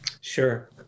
Sure